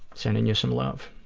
sending you some love.